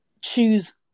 choose